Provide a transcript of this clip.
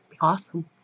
Awesome